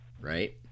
right